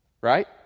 right